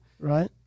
Right